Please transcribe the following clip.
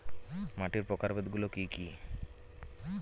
মাটির প্রকারভেদ গুলো কি কী?